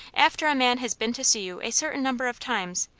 after a man has been to see you a certain number of times,